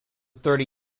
thirty